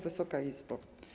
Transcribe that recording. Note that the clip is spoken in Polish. Wysoka Izbo!